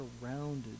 surrounded